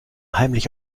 heimlich